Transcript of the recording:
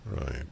Right